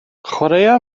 chwaraea